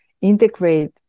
integrate